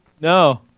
No